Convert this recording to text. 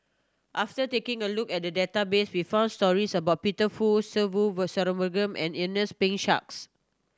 after taking a look at the database we found stories about Peter Fu Se Ve Shanmugam and Ernest P Shanks